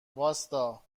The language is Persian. واستا